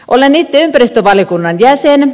olen itse ympäristövaliokunnan jäsen